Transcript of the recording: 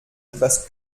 etwas